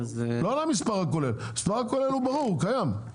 לא למספר הכולל, המספר הכולל הוא ברור, הוא קיים,